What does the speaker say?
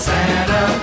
Santa